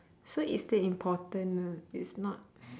so it's still important lah it's not